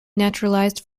naturalised